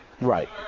Right